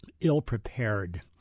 ill-prepared